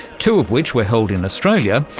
two of which were held in australia,